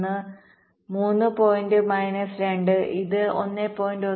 1 3 point minus 2 ഇത് 1